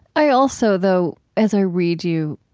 i also, though, as i read you,